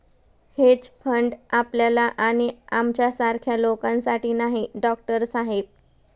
hedge fund आपल्या आणि आमच्यासारख्या लोकांसाठी नाही, डॉक्टर साहेब